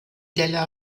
della